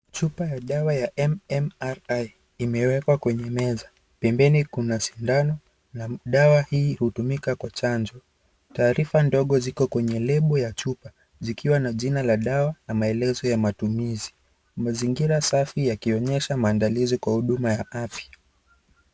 Chupa ya dawa ya MMRI imewekwa kwenye meza, pembeni kuna sindano, nam dawa hii hutumika kwa chanjo, taarifa ndogo ziko kwenye lebo ya chupa, zikiwa na jina la dawa na maelezo ya matumizi. Mazingira safi yakionyesha maandalizi kwa huduma ya afya.